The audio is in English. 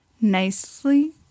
Nicely